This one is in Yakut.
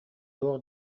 туох